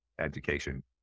education